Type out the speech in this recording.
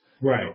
Right